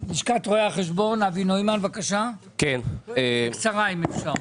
לשכת רואי החשבון אבי נוימן בבקשה, בקצרה אם אפשר.